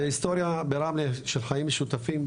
זה היסטוריה ברמלה של חיים משותפים.